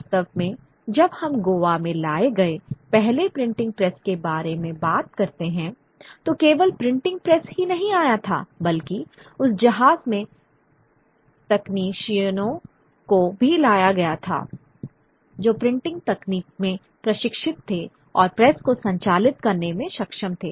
वास्तव में जब हम गोवा में लाए गए पहले प्रिंटिंग प्रेस के बारे में बात करते हैं तो केवल प्रिंटिंग प्रेस ही नहीं आया था बल्कि उस जहाज में तकनीशियनों को भी लाया गया था जो प्रिंटिंग तकनीक में प्रशिक्षित थे और प्रेस को संचालित करने में सक्षम थे